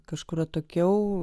kažkur atokiau